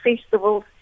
festivals